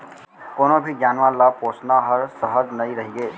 कोनों भी जानवर ल पोसना हर सहज नइ रइगे